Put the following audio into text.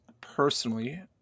personally